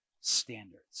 standards